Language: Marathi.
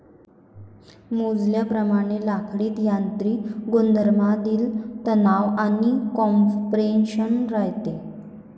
मोजल्याप्रमाणे लाकडीत यांत्रिक गुणधर्मांमधील तणाव आणि कॉम्प्रेशन राहते